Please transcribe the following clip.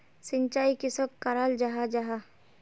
सिंचाई किसोक कराल जाहा जाहा?